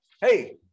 Hey